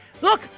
look